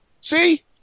See